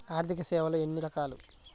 ఆర్థిక సేవలు ఎన్ని రకాలు?